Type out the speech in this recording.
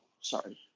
Sorry